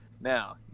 now